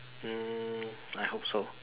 mm I hope so